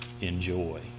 enjoy